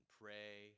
pray